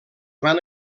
van